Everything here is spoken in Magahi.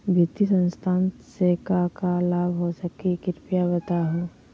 वित्तीय संस्था से का का लाभ हो सके हई कृपया बताहू?